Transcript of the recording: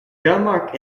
denmark